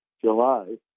July